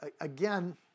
Again